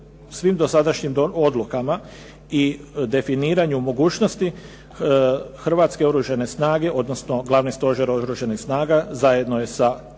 svim dosadašnjim odlukama i definiranju mogućnosti Hrvatske oružane snage, odnosno Glavni stožer Oružanih snaga zajedno je sa matičnim